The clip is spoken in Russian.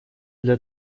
для